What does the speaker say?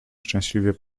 szczęśliwie